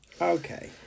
Okay